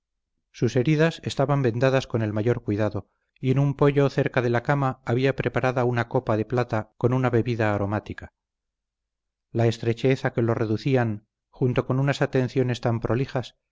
sus heridas estaban vendadas con el mayor cuidado y en un poyo cerca de la cama había preparada una copa de plata con una bebida aromática la estrechez a que lo reducían junto con unas atenciones tan prolijas